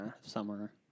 summer